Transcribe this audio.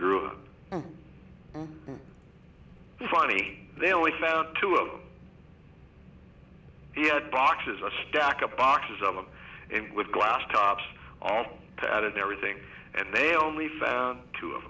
grew funny they only found two of them he had boxes a stack of boxes of them and with glass tops all that and everything and they only found two of